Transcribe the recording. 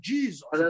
Jesus